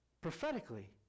prophetically